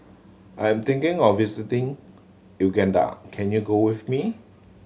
I'm thinking of visiting Uganda can you go with me